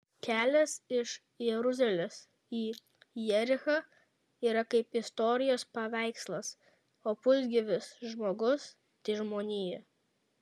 kelias iš jeruzalės į jerichą yra kaip istorijos paveikslas o pusgyvis žmogus tai žmonija